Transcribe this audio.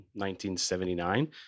1979